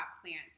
plants